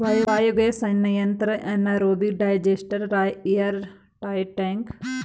biogas संयंत्र anaerobic digester airtight tank का उपयोग करके उत्पादित किया जा सकता है